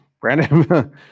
Brandon